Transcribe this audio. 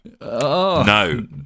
No